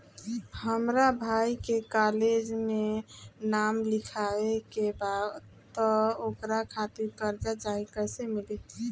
हमरा भाई के कॉलेज मे नाम लिखावे के बा त ओकरा खातिर कर्जा चाही कैसे मिली?